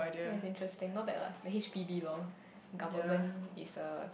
yea interesting not bad la the H_P_B loh government is a